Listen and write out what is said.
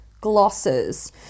glosses